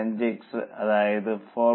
5 x അതായത് 4